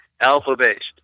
Alpha-based